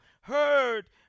heard